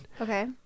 Okay